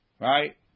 right